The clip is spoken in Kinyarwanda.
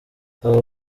aba